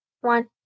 one